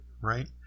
Right